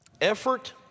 effort